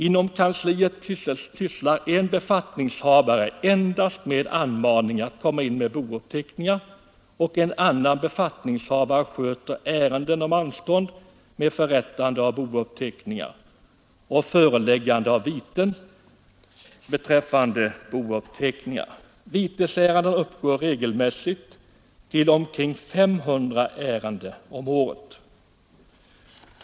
Inom kansliet sysslar en befattningshavare endast med anmaningar att komma in med bouppteckningar och en annan befattningshavare sköter ärenden om anstånd med förrättande av bouppteckningar och föreläggande av viten beträffande bouppteckningar. Antalet vitesärenden uppgår regelmässigt till omkring 500 om året.